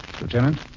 Lieutenant